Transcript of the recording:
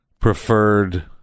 preferred